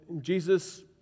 Jesus